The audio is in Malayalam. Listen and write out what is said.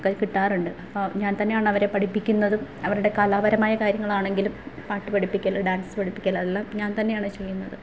ഒക്കെ കിട്ടാറുണ്ട് അപ്പോൾ ഞാന് തന്നെയാണ് അവരെ പഠിപ്പിക്കുന്നതും അവരുടെ കലാപരമായ കാര്യങ്ങളാണെങ്കിലും പാട്ട് പഠിപ്പിക്കൽ ഡാന്സ്സ് പഠിപ്പിക്കൽ എല്ലാം ഞാന് തന്നെയാണ് ചെയ്യുന്നത്